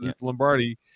Lombardi